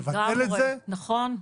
לגמרי, נכון.